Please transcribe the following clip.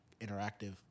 interactive